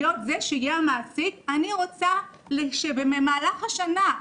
להיות זה שיהיה המעסיק, אני רוצה שבמהלך השנה,